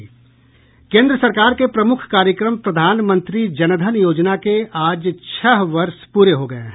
केन्द्र सरकार के प्रमुख कार्यक्रम प्रधानमंत्री जनधन योजना के आज छह वर्ष पूरे हो गए हैं